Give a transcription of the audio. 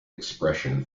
expression